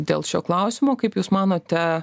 dėl šio klausimo kaip jūs manote